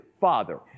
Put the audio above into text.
father